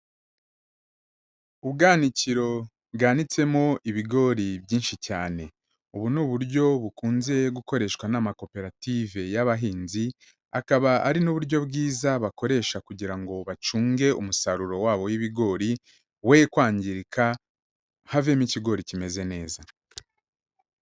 Ubwanikiro bwanitsemo ibigori byinshi cyane, ubu ni uburyo bukunze gukoreshwa n'amakoperative y'abahinzi, akaba ari n'uburyo bwiza bakoresha kugira ngo bacunge umusaruro wabo w'ibigori we kwangirika, havemo ikigori kimeze neza.